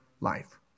life